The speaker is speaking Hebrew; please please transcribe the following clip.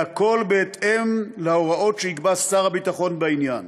והכול בהתאם להוראות שיקבע שר הביטחון בעניין.